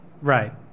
Right